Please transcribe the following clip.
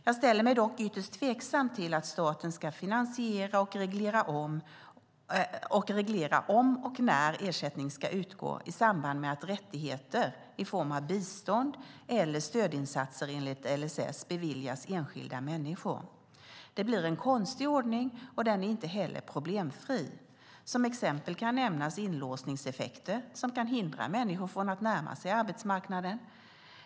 Jag ställer mig dock ytterst tveksam till att staten ska finansiera och reglera om och när ersättning ska utgå i samband med att rättigheter i form av bistånd eller stödinsatser enligt LSS beviljas enskilda människor. Det blir en konstig ordning, och den är inte heller problemfri. Som exempel kan nämnas inlåsningseffekter, som kan hindra människor att närma sig arbetsmarknaden.